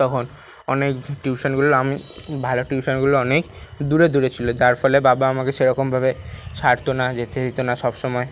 তখন অনেক টিউশনগুলো আমি ভালো টিউশনগুলো অনেক দূরে দূরে ছিল যার ফলে বাবা আমাকে সেরকমভাবে ছাড়তো না যেতে দিত না সবসময়